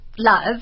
love